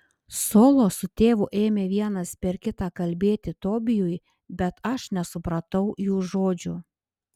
solo su tėvu ėmė vienas per kitą kalbėti tobijui bet aš nesupratau jų žodžių